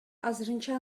азырынча